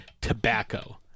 tobacco